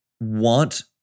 want